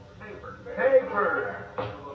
Paper